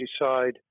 decide